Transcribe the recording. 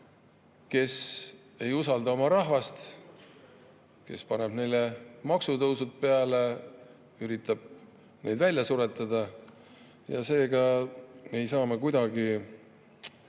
kes ei usalda oma rahvast, kes paneb neile maksutõusud peale, üritab neid välja suretada? Seega ei saa me kuidagi